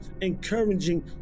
encouraging